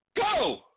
go